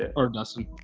and or dustin.